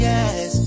Yes